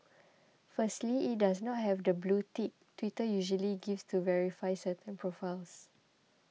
firstly it does not have the blue tick Twitter usually gives to verify certain profiles